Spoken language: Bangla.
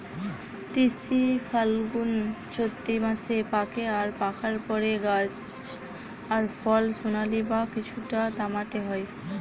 তিসি ফাল্গুনচোত্তি মাসে পাকে আর পাকার পরে গাছ আর ফল সোনালী বা কিছুটা তামাটে হয়